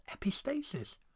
epistasis